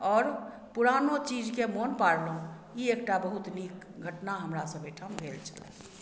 आओर पुरानो चीजके मोन पाड़लहुँ ई एकटा बहुत नीक घटना हमरा सब अइ ठाम भेल छलै